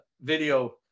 video